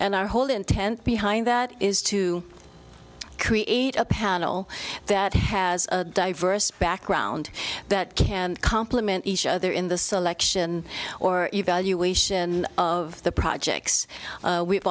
and our whole intent behind that is to create a panel that has a diverse background that can complement each other in the selection or evaluation of the projects